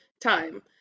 time